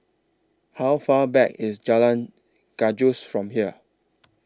How Far Back IS Jalan Gajus from here